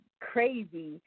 crazy